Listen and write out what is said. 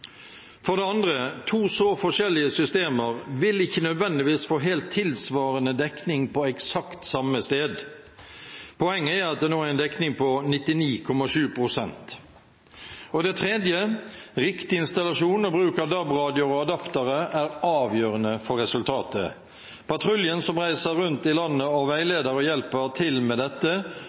For det andre: To så forskjellige systemer vil ikke nødvendigvis få helt tilsvarende dekning på eksakt samme sted. Poenget er at det nå er en dekning på 99,7 pst. For det tredje: Riktig installasjon og bruk av DAB-radioer og adaptere er avgjørende for resultatet. Patruljen som reiser rundt i landet og veileder og hjelper til med dette,